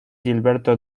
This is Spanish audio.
gilberto